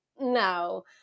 No